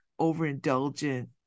overindulgent